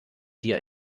dir